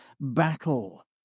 battle